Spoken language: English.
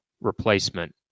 replacement